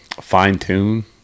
fine-tune